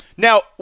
Now